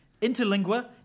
Interlingua